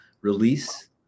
release